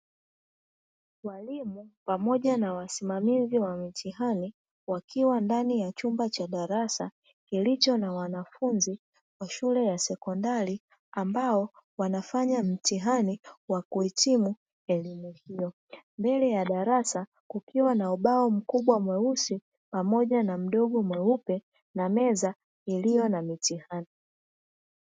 Walimu pamoja na wasimamizi wa mitihani wakiwa ndani ya chumba cha darasa kilicho na wanafunzi wa shule ya sekondari, ambao wanafanya mtihani wa kuhitimu elimu hiyo, mbele ya darasa kukiwa na ubao mkubwa mweusi pamoja na mdogo mweupe na meza iliyo na mitihani.